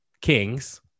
kings